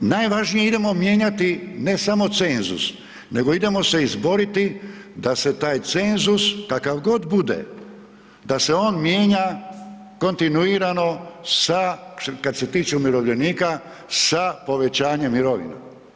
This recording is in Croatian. A najvažnije, idemo mijenjati, ne samo cenzus, nego idemo se izboriti da se taj cenzus, kakav god bude, da se on mijenja kontinuirano, sa, kad se tiče umirovljenika sa povećanjem mirovina.